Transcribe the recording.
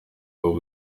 woba